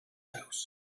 house